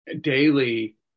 Daily